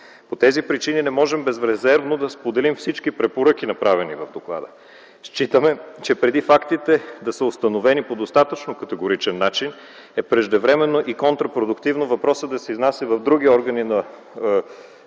По тези причини не можем безрезервно да споделим всички препоръки, направени в доклада. Считаме, че преди фактите да са установени по достатъчно категоричен начин е преждевременно и контрапродуктивно въпросът да се изнася в други органи на